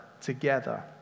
together